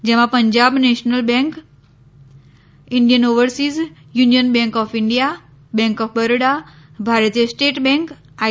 જેમાં Punjab national bank Indian overseas union bank of India bank of Baroda Bharatiya state bank I